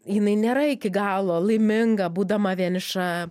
jinai nėra iki galo laiminga būdama vieniša